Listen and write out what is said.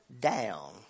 down